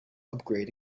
upgrade